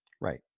Right